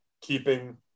keeping